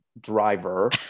driver